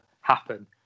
happen